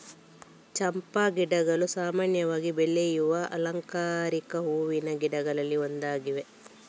ಚಂಪಾ ಗಿಡಗಳು ಸಾಮಾನ್ಯವಾಗಿ ಬೆಳೆಯುವ ಅಲಂಕಾರಿಕ ಹೂವಿನ ಗಿಡಗಳಲ್ಲಿ ಒಂದಾಗಿವೆ